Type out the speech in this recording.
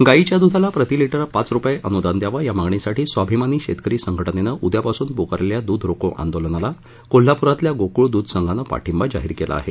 गाईच्या दुधाला प्रतिलिटर पाच रुपये अनुदान द्यावं या मागणीसाठी स्वाभिमानी शेतकरी संघटनेनं उद्यापासून पुकारलेल्या दूध रोको आंदोलनाला कोल्हापुरातल्या गोकुळ दूध संघानं पाठिंबा जाहीर केला आहे